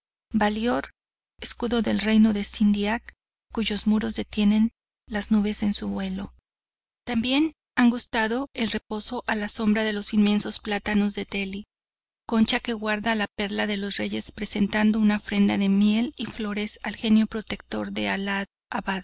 gvalior escudo del reino de sindiak cuyos muros detienen a las nubes en su vuelo también han gustado el reposo a la sombra de los inmensos plátanos de dehli concha que guarda a al perla de los reyes presentando una ofrenda de miel y flores al genio protector de